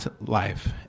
life